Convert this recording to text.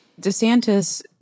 DeSantis